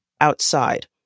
outside